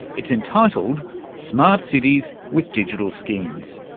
it's entitled smart cities with digital skins.